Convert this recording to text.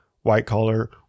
White-collar